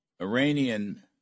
Iranian